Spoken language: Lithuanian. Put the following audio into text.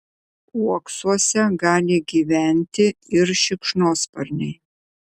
uoksuose gali gyventi ir šikšnosparniai